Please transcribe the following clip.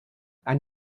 and